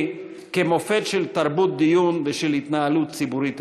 כמופת של תרבות דיון ושל התנהלות ציבורית ראויה.